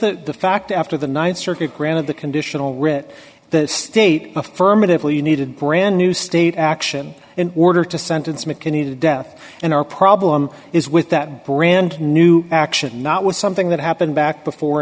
just the fact after the th circuit granted the conditional writ that state affirmatively needed brand new state action in order to sentence mckinney to death and our problem is with that brand new action not with something that happened back before